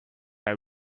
are